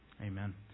Amen